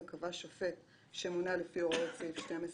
וקבע שופט שמונה לפי הוראות סעיף 12,